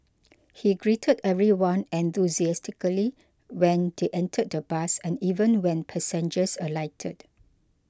he greeted everyone enthusiastically when they entered the bus and even when passengers alighted